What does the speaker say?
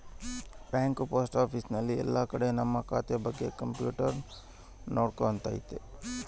bank post office ಎಲ್ಲ ಕಡೆ ನಮ್ ಖಾತೆ ಬಗ್ಗೆ ಕಂಪ್ಯೂಟರ್ ನೋಡ್ಕೊತೈತಿ